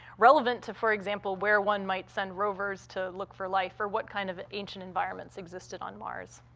relevant to, for example, where one might send rovers to look for life or what kind of ancient environments existed on mars.